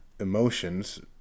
emotions